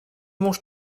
manges